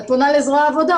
את פונה לזרוע העבודה,